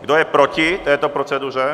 Kdo je proti této proceduře?